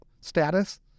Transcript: status